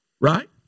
Right